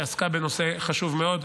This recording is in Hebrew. שעסקה בנושא חשוב מאוד,